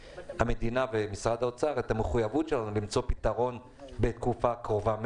המדינה ומשרד האוצר את המחויבות שלנו למצוא פתרון בתקופה קרובה מאוד.